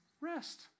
Rest